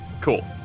Cool